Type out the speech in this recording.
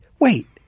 wait